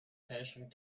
fälschung